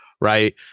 right